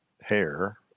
hair